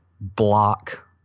block